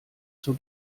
zur